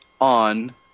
on